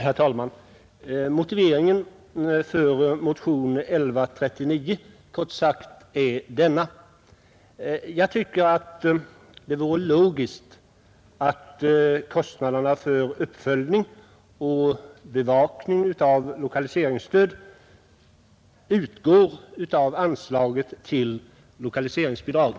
Herr talman! Motiveringen för motionen 1139 är kort sagt denna: Jag tycker att det vore logiskt att kostnaderna för uppföljning och bevakning av lokaliseringsstödet utgår av anslaget till lokaliseringsbidrag.